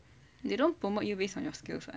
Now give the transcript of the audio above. they don't promote you based on your skills [one]